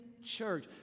Church